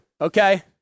okay